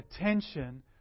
attention